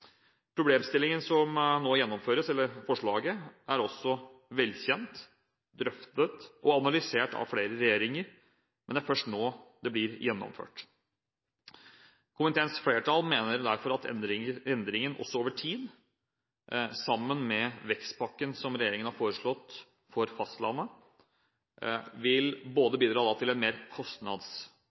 som en nå skal gjennomføre, er velkjent, drøftet og analysert av flere regjeringer, men det er først nå det blir gjennomført. Komiteens flertall mener derfor at endringen over tid – sammen med vekstpakken som regjeringen har foreslått for fastlandet – vil bidra til